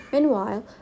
Meanwhile